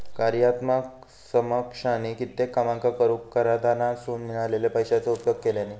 कार्यात्मक समकक्षानी कित्येक कामांका करूक कराधानासून मिळालेल्या पैशाचो उपयोग केल्यानी